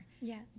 Yes